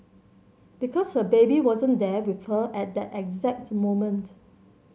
because her baby wasn't there with her at that exact moment